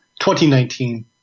2019